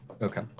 Okay